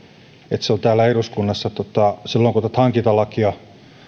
että se on täällä eduskunnassa silloin kun tätä hankintalakia